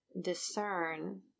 discern